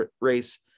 Race